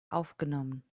aufgenommen